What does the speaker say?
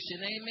Amen